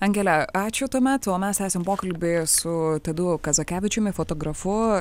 angele ačiū tuomet o mes esam pokalby su tadu kazakevičiumi fotografu